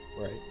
right